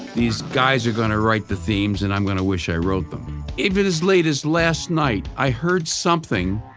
these guys are going to write the themes and i'm going to wish i wrote them even as late as last night, i heard something,